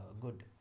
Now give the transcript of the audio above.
good